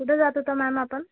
कुठं जात होता मॅम आपण